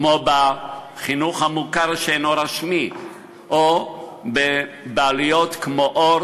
כמו בחינוך המוכר שאינו רשמי או בבעלויות כמו "אורט",